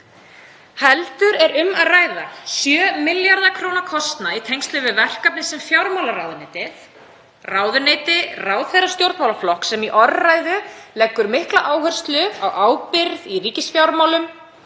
Hér er um að ræða 7 milljarða kr. kostnað í tengslum við verkefni sem fjármálaráðuneytið, ráðuneyti ráðherra stjórnmálaflokks sem í orðræðu leggur mikla áherslu á ábyrgð í ríkisfjármálum,